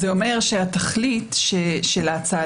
התכלית של ההצעה,